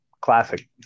Classic